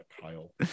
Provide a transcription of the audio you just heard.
kyle